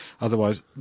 otherwise